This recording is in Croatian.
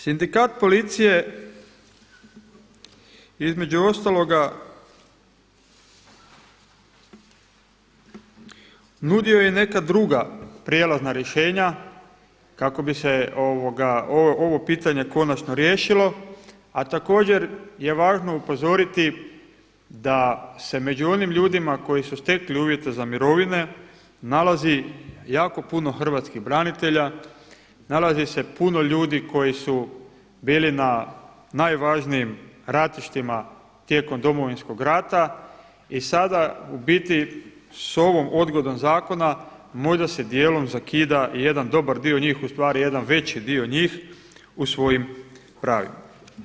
Sindikat policije između ostaloga nudio je i neka druga prijelazna rješenja kako bi se ovo pitanje konačno riješilo a također je važno upozoriti da se među onim ljudima koji su stekli uvjete za mirovine nalazi jako puno hrvatskih branitelja, nalazi se puno ljudi koji su bili na najvažnijim ratištima tijekom Domovinskog rata i sada u biti s ovom odgodom zakona možda se dijelom zakida i jedan dobar dio njih, ustvari jedan veći dio njih u svojim pravima.